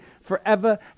forever